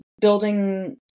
building